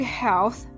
health